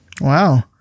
Wow